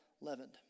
leavened